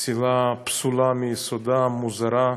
פסילה פסולה מיסודה, מוזרה,